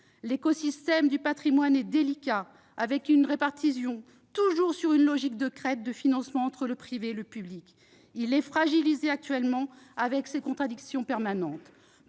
L'écosystème du patrimoine est délicat, avec une répartition, toujours sur une logique de crête, des financements entre le privé et le public. Il est fragilisé actuellement avec ces contradictions permanentes.